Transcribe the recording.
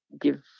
give